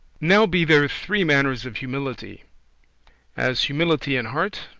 now be there three manners of humility as humility in heart,